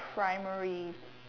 primary